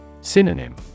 Synonym